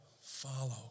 Follow